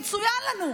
מצוין לנו.